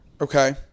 Okay